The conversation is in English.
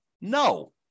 No